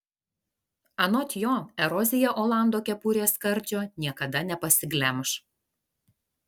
anot jo erozija olando kepurės skardžio niekada nepasiglemš